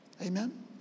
Amen